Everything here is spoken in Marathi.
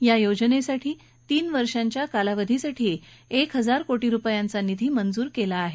या योजनेसाठी तीन वर्षाच्या कालावधीसाठी एक हजार कोटी रुपयांचा निधी मंजूर केला आहे